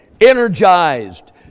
energized